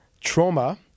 trauma